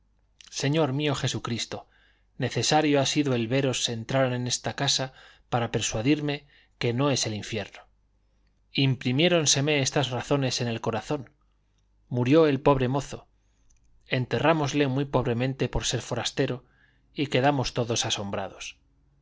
señor mío jesucristo necesario ha sido el veros entrar en esta casa para persuadirme que no es el infierno imprimiéronseme estas razones en el corazón murió el pobre mozo enterrámosle muy pobremente por ser forastero y quedamos todos asombrados